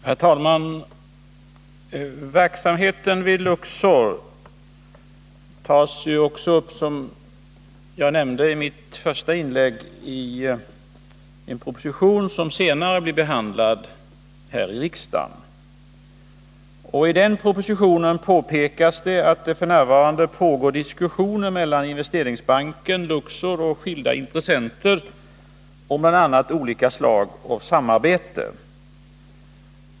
Herr talman! Frågan om verksamheten vid Luxor tas ju också upp, som jag nämnde i mitt första inlägg, i en proposition som kommer att behandlas senare här i riksdagen. I den propositionen påpekas att det f. n. pågår diskussioner mellan Investeringsbanken, Luxor och skilda intressenter om bl.a. olika slag av samarbete.